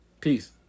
Peace